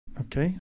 Okay